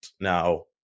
now